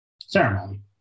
ceremony